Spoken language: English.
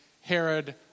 Herod